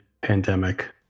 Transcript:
pandemic